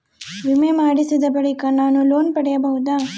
ವಿಮೆ ಮಾಡಿಸಿದ ಬಳಿಕ ನಾನು ಲೋನ್ ಪಡೆಯಬಹುದಾ?